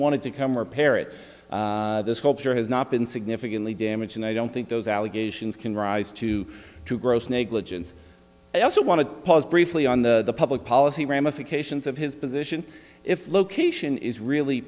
wanted to come repair it this sculpture has not been significantly damaged and i don't think those allegations can rise to to gross negligence i also want to pause briefly on the public policy ramifications of his position if location is really